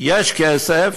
יש כסף,